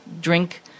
drink